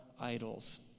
idols